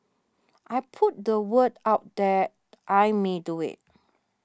I put the word out that I may do it